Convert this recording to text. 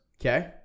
Okay